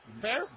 fair